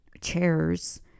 chairs